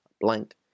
blank